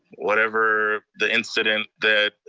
whatever the incident that